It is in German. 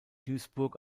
duisburg